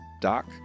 Doc